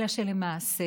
אלא שלמעשה